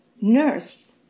nurse